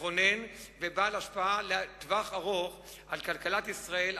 מכונן ובעל השפעה לטווח הארוך על כלכלת ישראל,